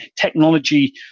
technology